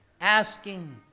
asking